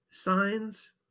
Signs